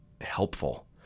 helpful